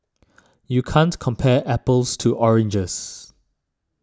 you can't compare apples to oranges